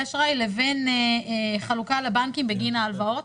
אשראי לבין חלוקה לבנקים בגין ההלוואות.